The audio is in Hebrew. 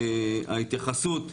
ההתייחסות,